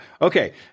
Okay